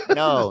no